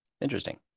Interesting